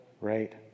Right